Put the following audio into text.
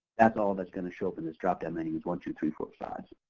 that's all that's going to show up in this drop-down menu is one, two, three, four, five.